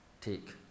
take